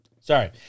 sorry